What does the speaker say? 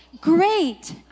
great